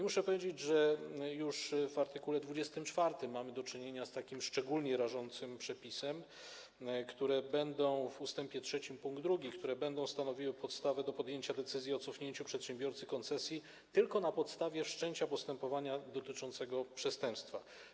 Muszę powiedzieć, że już w art. 24 mamy do czynienia z takim szczególnie rażącym przepisem, w ust. 3 pkt 2, który będzie stanowił podstawę do podjęcia decyzji o cofnięciu przedsiębiorcy koncesji tylko na podstawie wszczęcia postępowania dotyczącego przestępstwa.